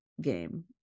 game